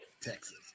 Texas